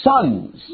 sons